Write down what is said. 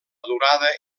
durada